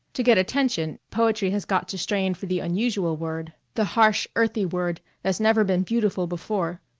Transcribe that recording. to get attention poetry has got to strain for the unusual word, the harsh, earthy word that's never been beautiful before.